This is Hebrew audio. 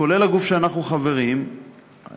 כולל הגוף שאנחנו חברים בו,